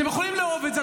אתם יכולים לאהוב את זה,